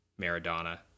Maradona